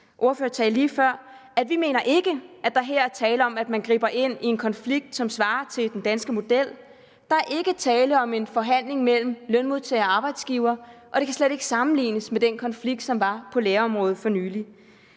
ordførertale lige før – at vi ikke mener, at der her er tale om, at man griber ind i en konflikt med afsæt i den danske model. Der er ikke tale om en forhandling mellem lønmodtagere og arbejdsgivere, og det kan slet ikke sammenlignes med den konflikt på lærerområdet, som fandt